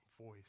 voice